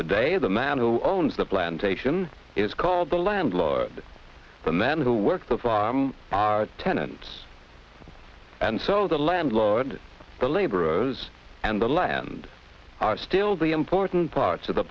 today the man who owns the plantation is called the landlord the men who work for farm are tenants and so the landlord the laborers and the land are still the important parts of the